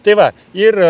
tai va ir